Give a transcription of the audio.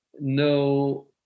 no